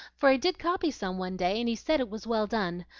for i did copy some one day, and he said it was well done.